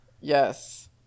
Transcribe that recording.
Yes